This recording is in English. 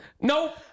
Nope